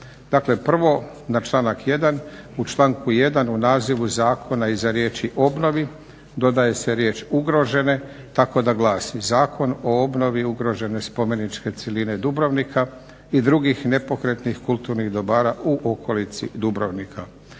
Dakle prvo na članak 1. U članku 1. u nazivu zakona iza riječi obnovi dodaje se riječ ugrožene tako da glasi: "Zakon o obnovi ugrožene spomeničke cjeline Dubrovnika i drugih nepokretnih kulturnih dobara u okolici Dubrovnika."